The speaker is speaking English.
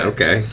Okay